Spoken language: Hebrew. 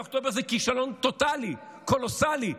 7 באוקטובר זה כישלון טוטלי, קולוסלי,